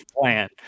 plan